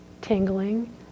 tingling